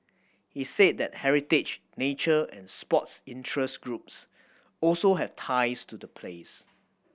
he said that heritage nature and sports interest groups also have ties to the plays